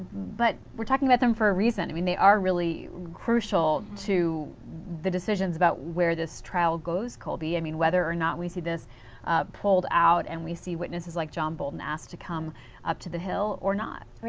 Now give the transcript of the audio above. but we are talking about them for a reason. i mean they are really crucial to the decisions about where this trial goes, colby. i mean whether or not we get this pulled out and we see witnesses like john bolton asked to come up to the hill or not.